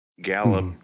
Gallup